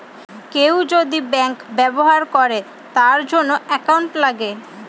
কেউ যদি ব্যাঙ্ক ব্যবহার করে তার জন্য একাউন্ট লাগে